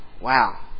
Wow